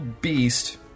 beast